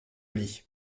lit